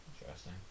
Interesting